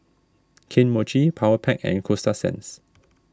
Kane Mochi Powerpac and Coasta Sands